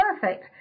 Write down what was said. Perfect